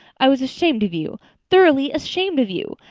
i was ashamed of you thoroughly ashamed of you.